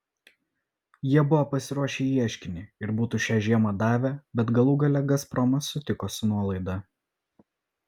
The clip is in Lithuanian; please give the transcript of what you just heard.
jie buvo pasiruošę ieškinį ir būtų šią žiemą davę bet galų gale gazpromas sutiko su nuolaida